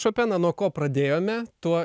šopeną nuo ko pradėjome tuo